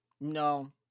No